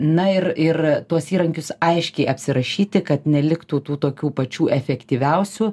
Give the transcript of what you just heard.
na ir ir tuos įrankius aiškiai apsirašyti kad neliktų tų tokių pačių efektyviausių